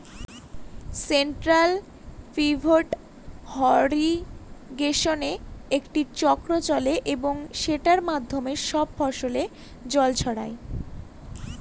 central pivot ইর্রিগেশনে একটি চক্র চলে এবং সেটার মাধ্যমে সব ফসলে জল ছড়ায়